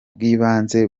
bw’ibanze